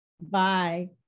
Bye